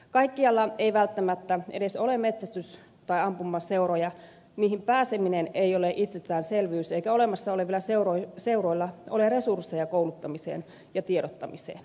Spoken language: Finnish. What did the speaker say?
kaikkialla ei välttämättä edes ole metsästys tai ampumaseuroja niihin pääseminen ei ole itsestäänselvyys eikä olemassa olevilla seuroilla ole resursseja kouluttamiseen ja tiedottamiseen